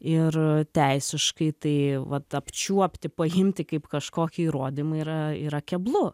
ir teisiškai tai vat apčiuopti paimti kaip kažkokį įrodymą yra yra keblu